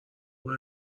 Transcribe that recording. باید